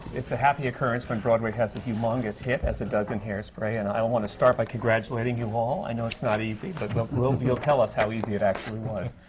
it's a happy occurrence when broadway has a humongous hit, as it does in hairspray, and i want to start by congratulating you all. i know it's not easy, but but you'll tell us how easy it actually was.